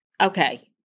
okay